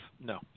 No